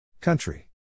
Country